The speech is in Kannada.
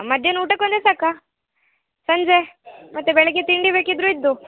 ಮಧ್ಯಾಹ್ನ ಊಟಕ್ಕೆ ಒಂದೇ ಸಾಕಾ ಸಂಜೆ ಮತ್ತು ಬೆಳಿಗ್ಗೆ ತಿಂಡಿ ಬೇಕಿದ್ದರೂ ಇದ್ದು